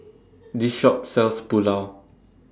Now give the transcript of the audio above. This Shop sells Pulao